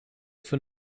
für